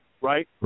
right